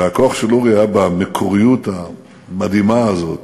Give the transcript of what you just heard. הכוח של אורי היה במקוריות המדהימה הזאת